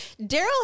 Daryl